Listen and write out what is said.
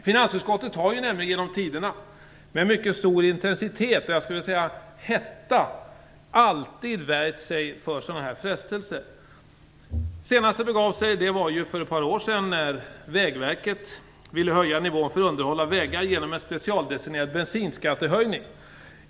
Finansutskottet har nämligen genom tiderna med mycket stor intensitet, för att inte säga hetta, alltid värjt sig för sådana frestelser. Senast de begav sig var för ett par år sedan när Vägverket ville höja nivån för underhåll av vägar genom en specialdestinerad bensinskattehöjning.